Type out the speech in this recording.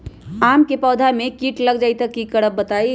आम क पौधा म कीट लग जई त की करब बताई?